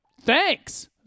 Thanks